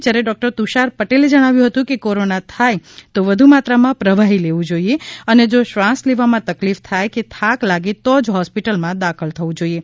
જ્યારે ડૉ તુષાર પટેલે જણાવ્યું હતું કે કોરોના થાય યો વધુ માત્રામાં પ્રવાહી લેવું જોઈએ અને જો શ્વાસ લેવામાં તકલિફ થાય કે થાક લાગે તો જ હોસ્પિટલમાં દાખલ થવું જોઈએ